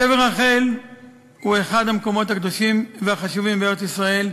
קבר רחל הוא אחד המקומות הקדושים והחשובים במדינת ישראל,